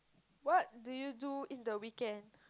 what do you do in the weekend